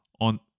on